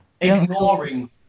ignoring